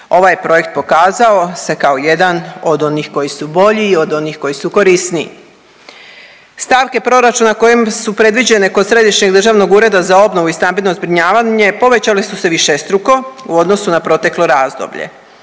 Ovaj je projekt pokazao se kao jedan od onih koji su bolji i od onih koji su korisniji. Stavke proračuna kojim su predviđene kod Središnjeg ureda za obnovu i stambeno zbrinjavanje povećale su višestruko u odnosu na proteklo razdoblje.